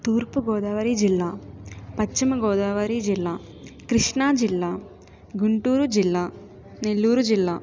తూర్పుగోదావరి జిల్లా పశ్చిమగోదావరి జిల్లా కృష్ణాజిల్లా గుంటూరు జిల్లా నెల్లూరు జిల్లా